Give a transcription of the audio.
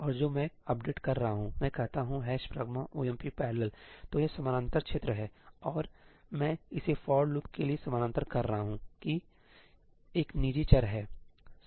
और जो मैं अपडेट कर रहा हूं मैं कहता हूं ' pragma omp parallel' तो यह समानांतर क्षेत्र है और इसलिए मैं इसे फॉर लूप के लिए समानांतर कर रहा हूं और की एक निजी चर है